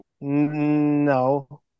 No